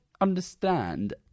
understand